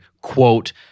quote